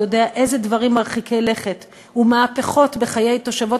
יודע איזה דברים מרחיקי לכת ומהפכות בחיי תושבות